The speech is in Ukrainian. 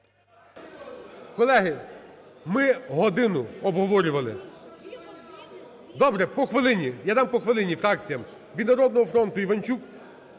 Колеги, ми годину обговорювали. Добре, по хвилині. Я дам по хвилині фракціям. Від "Народного фронту" Іванчук,